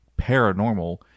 paranormal